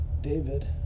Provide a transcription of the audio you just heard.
David